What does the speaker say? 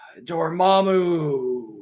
Dormammu